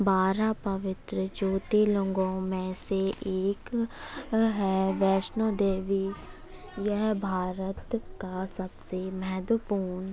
बारह पवित्र ज्योतिर्लिंगों में से एक है वैष्णो देवी यह भारत का सबसे महत्वपूर्ण